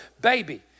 baby